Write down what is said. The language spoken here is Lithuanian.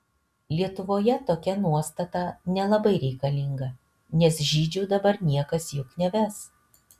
lietuvoje tokia nuostata nelabai reikalinga nes žydžių dabar niekas juk neves